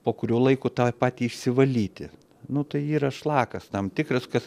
po kurio laiko tą patį išsivalyti nu tai yra šlakas tam tikras kas